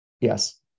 Yes